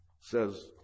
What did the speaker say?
says